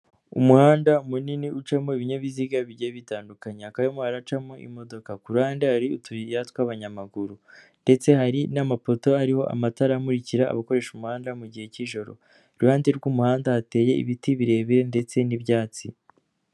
Umuhanda munini ucamo ibinyabiziga bigiye bitandukanye, hakaba harimo haracamo imodoka, ku ruhande hari utuyiya tw'abanyamaguru ndetse hari n'amapoto ariho amatara amurikira abakoresha umuhanda mu gihe cy'ijoro, ku ruhande rw'umuhanda hateye ibiti birebire ndetse n'ibyatsi.